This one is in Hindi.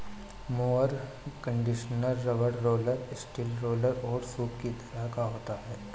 mower conditioner rubber roller, steel roller और सूप के तरह का होता है